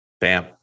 Bam